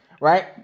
right